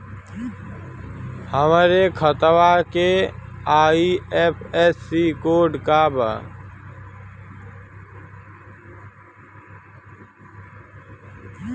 हमरे खतवा के आई.एफ.एस.सी कोड का बा?